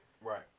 Right